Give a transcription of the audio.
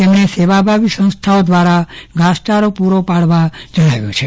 તેમણે સેવાભાવી સંસ્થા દ્વારા ઘાસચારો પુરો પાડવા જણાવ્યું છે